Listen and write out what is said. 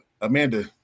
Amanda